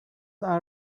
are